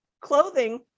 clothing